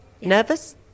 Nervous